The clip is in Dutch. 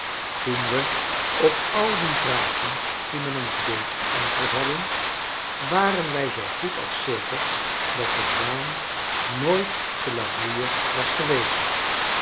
toen we op al die vragen die men ons deed geantwoord hadden waren wij zoo goed als zeker dat de zwaan nooit te la bouille was geweest